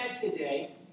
today